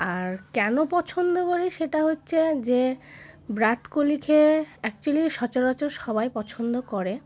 আর কেন পছন্দ করি সেটা হচ্ছে যে বিরাট কোহলি খেয়ে অ্যাকচুয়ালি সচরাচর সবাই পছন্দ করে